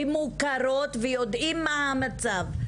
הן מוכרות ויודעים מה המצב.